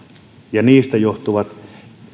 ja niistä johtuvat